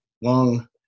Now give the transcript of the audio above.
long